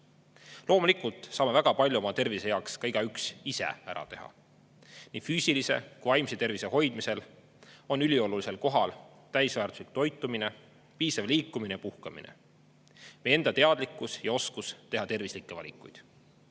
märksõnad. Loomulikult saame väga palju oma tervise heaks ka igaüks ise ära teha. Nii füüsilise kui ka vaimse tervise hoidmisel on üliolulisel kohal täisväärtuslik toitumine, piisav liikumine ja puhkamine, enda teadlikkus ja oskus teha tervislikke valikuid.